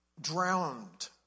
drowned